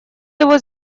его